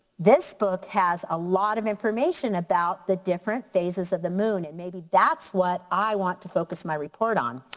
this book has a lot of information about the different phases of the moon and maybe that's what i want to focus my report on.